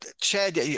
Chad